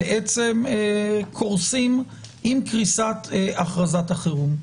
בעצם קורסים עם קריסת הכרזת החירום.